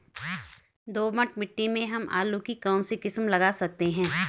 दोमट मिट्टी में हम आलू की कौन सी किस्म लगा सकते हैं?